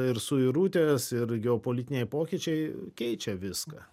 ir suirutės ir geopolitiniai pokyčiai keičia viską